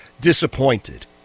disappointed